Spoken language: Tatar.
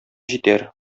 җитәр